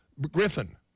Griffin